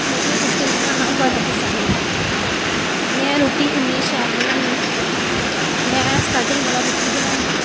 मिगी रूट्टी बनाना बड़ा पसंद ऐ में रूट्टी इन्नी शैल बनानी मैं स्टार्टिंग कोला रूट्टी बनाना